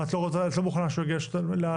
את לא מוכנה שהוא יגיע למועצה?